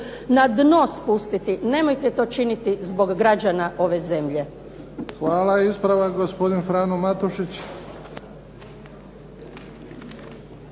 na dno spustiti, nemojte to činiti zbog građana ove zemlje. **Bebić, Luka (HDZ)** Hvala. Ispravak, gospodin Frano Matušić.